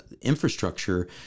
infrastructure